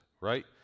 right